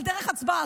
על דרך הצבעה.